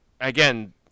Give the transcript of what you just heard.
again